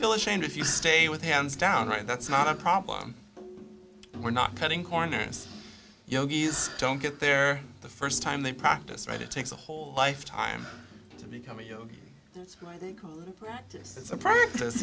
feel ashamed if you stay with hands down right that's not a problem we're not cutting corners yogis don't get there the st time they practice right it takes a whole lifetime to become you know it's a p